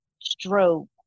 stroke